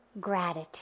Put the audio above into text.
gratitude